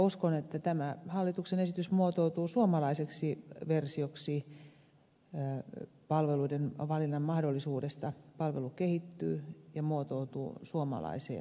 uskon että tämä hallituksen esitys muotoutuu suomalaiseksi versioksi palveluiden valinnan mahdollisuudesta palvelu kehittyy ja muotoutuu suomalaiseen muotoon